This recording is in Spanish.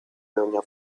doña